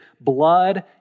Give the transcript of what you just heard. blood